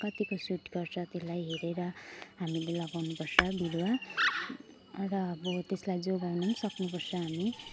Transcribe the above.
कत्तिको सुट गर्छ त्यसलाई हेरेर हामीले लगाउनुपर्छ बिरुवा र अब त्यसलाई जोगाउनु पनि सक्नुपर्छ हामी